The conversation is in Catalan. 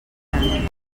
tant